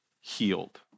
healed